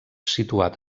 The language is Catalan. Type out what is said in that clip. situat